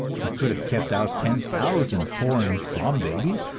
he could have kept out ten thousand foreign slum babies,